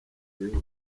byihuse